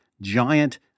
giant